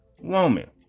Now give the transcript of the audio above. woman